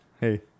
Hey